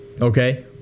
Okay